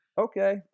okay